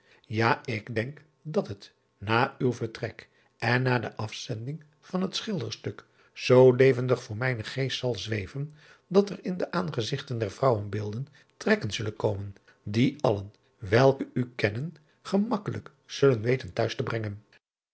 a ik denk dat het na uw vertrek en na de afzending van het childerstuk zoo levendig voor mijnen geest zal zweven dat er in de aangezigten der vrouwenbeelden trekken zullen komen die allen welke u kennen gemakkelijk zullen weten te huis te brengen